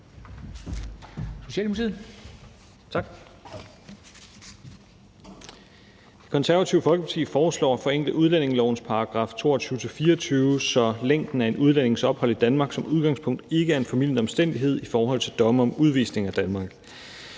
Det Konservative Folkeparti foreslår at forenkle udlændingelovens §§ 22-24, så længden af en udlændings ophold i Danmark som udgangspunkt ikke er en formildende omstændighed i forhold til domme om udvisning af Danmark.